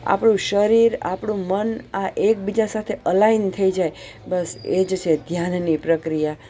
આપણું શરીર આપણું મન આ એકબીજા સાથે અલાઇન થઈ જાય બસ એ જ છે ધ્યાનની પ્રક્રિયા